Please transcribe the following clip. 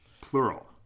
plural